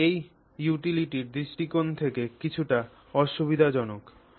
তাই এটি ইউটিলিটির দৃষ্টিকোণ থেকে কিছুটা অসুবিধেজনক